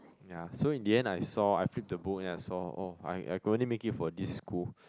ya so in the end I saw I flip the book then I saw oh I I could only make it for this school